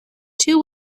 two